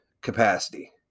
capacity